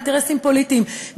אינטרסים פוליטיים,